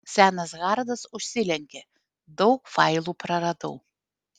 senas hardas užsilenkė daug failų praradau